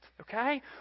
Okay